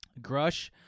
Grush